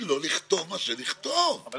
ודרשו וביקשו להפוך אותם לעובדי מדינה על